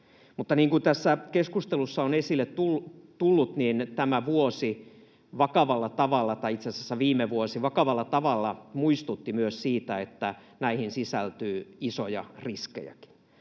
kuin tässä keskustelussa on esille tullut, niin viime vuosi vakavalla tavalla muistutti myös siitä, että näihin sisältyy isoja riskejäkin.